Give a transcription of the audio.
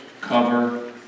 cover